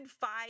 five